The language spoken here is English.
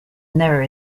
never